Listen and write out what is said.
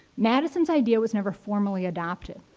madison's idea was never formally adopted.